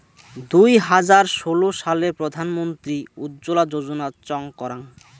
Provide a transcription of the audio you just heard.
দুই হাজার ষোলো সালে প্রধান মন্ত্রী উজ্জলা যোজনা চং করাঙ